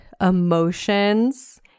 emotions